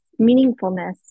meaningfulness